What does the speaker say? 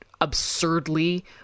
absurdly